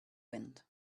wind